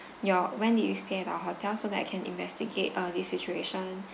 your when did you stay at our hotel so that I can investigate uh this situation